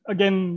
Again